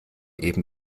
eben